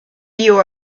you